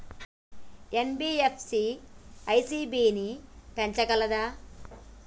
NBFC ECB ని పెంచగలదా?